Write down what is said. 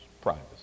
privacy